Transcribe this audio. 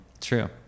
True